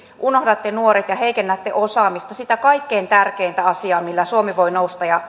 unohdatte nuoret ja heikennätte osaamista sitä kaikkein tärkeintä asiaa millä suomi voi nousta ja